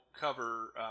cover